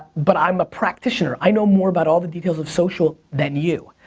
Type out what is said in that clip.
but i'm a practitioner. i know more about all the details of social than you.